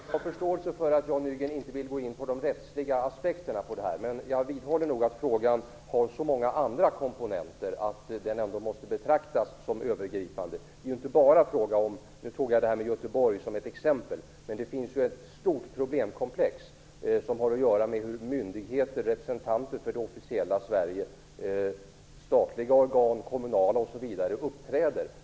Herr talman! Jag har förståelse för att Jan Nygren inte vill gå in på de rättsliga aspekterna, men jag vidhåller att frågan har så många andra komponenter att den ändå måste betraktas som övergripande. Jag tog diskussionen i Göteborg som ett exempel, men det finns ju ett stort problemkomplex som har att göra med hur myndigheter, representanter för det officiella Sverige, statliga organ, kommunala organ, osv., uppträder.